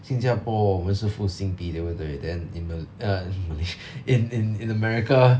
新加坡我们是付新币对不对 then in ma~ eh in mala~ in in in america